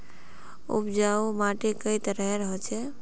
उपजाऊ माटी कई तरहेर होचए?